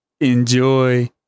Enjoy